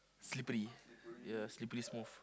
slippery ya slippery smooth